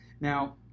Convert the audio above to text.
Now